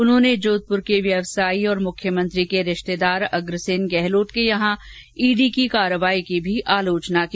उन्होंने जोधपुर के व्यवसायी और मुख्यमंत्री के रिश्तेदार अग्रसेन गहलोत के यहां ईडी की कार्यवाही की भी आलोचना की